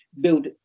build